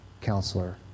counselor